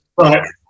Right